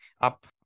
up